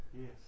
Yes